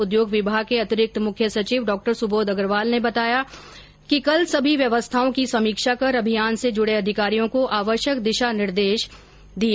उद्योग विभाग के अतिरिक्त मुख्य सचिव डासुबोध अग्रवाल ने बताया कि कल सभी व्यवस्थाओं की समीक्षा कर अभियान से जुड़े अधिकारियों को आवश्यक दिशा निर्देश दिए